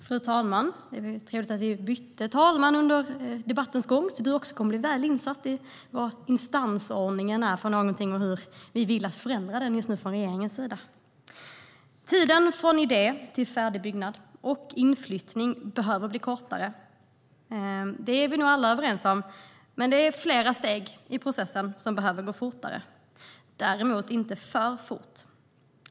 Fru talman! Det var trevligt att vi bytte talman under debattens gång, så att också fru talmannen kommer att bli väl insatt i hurdan instansordningen är och hur vi nu vill förändra den från regeringens sida. Tiden från idé till färdig byggnad och inflyttning behöver bli kortare - det är vi nog alla överens om. Men det är flera steg i processen som behöver gå fortare - däremot inte för fort.